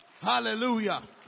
hallelujah